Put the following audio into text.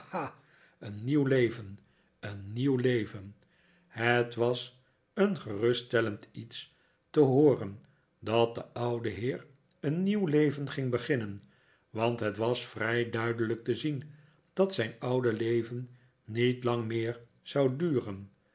een nieuw leven een nieuw leven het was een geruststellend iets te hooren dat de oude heer een nieuw leven ging beginnen want het was vrij duidelijk te zien dat zijn oude leven niet lang meer zou duren